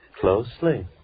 Closely